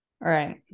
Right